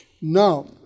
Now